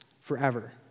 forever